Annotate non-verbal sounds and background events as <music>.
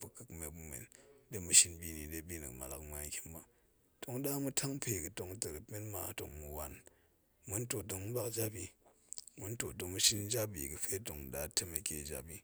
buk da̱ tuot npe ga̱ ga̱me ba. Tong da ma̱ tang pe ga̱ doet kek men ma tong wan, ma̱ ntuot tong ma̱ bak jap i, ma̱ntuot tong ma shin jap bi ga̱fe tong da wel men <unintelligible> bi.